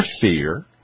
fear